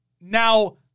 Now